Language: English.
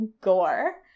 gore